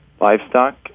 livestock